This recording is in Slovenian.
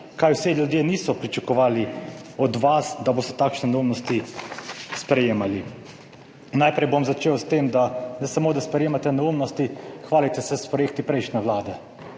dali – ljudje niso pričakovali od vas, da boste takšne neumnosti sprejemali. Najprej bom začel s tem, da ne samo, da sprejemate neumnosti, hvalite se s projekti prejšnje vlade.